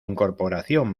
incorporación